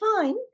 fine